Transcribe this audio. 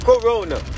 Corona